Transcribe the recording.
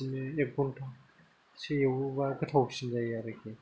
बिदिनो एक घन्टासो एवोबा गोथावसिन जायो आरोखि